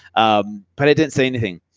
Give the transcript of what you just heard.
um but it didn't say anything.